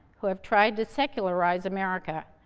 who have tried to secularize america,